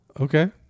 Okay